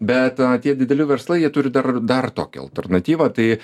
bet tie dideli verslai jie turi dar dar tokią alternatyvą tai